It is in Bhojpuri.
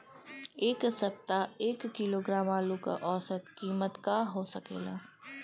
एह सप्ताह एक किलोग्राम आलू क औसत कीमत का हो सकेला?